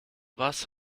was